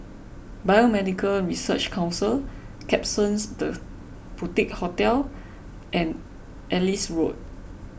Biomedical Research Council Klapsons the Boutique Hotel and Ellis Road